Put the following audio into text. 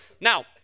Now